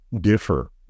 differ